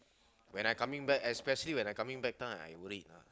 when I coming back especially when I coming back time I worried ah